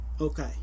Okay